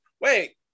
Wait